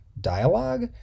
dialogue